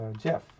Jeff